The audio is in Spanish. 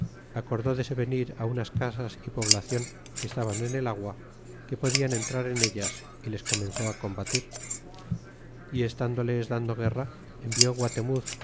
acordó de se venir unas casas e poblacion que estaban en el agua que podian entrar en ellas y les comenzó combatir y estándoles dando guerra envió guatemuz